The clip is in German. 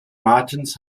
martens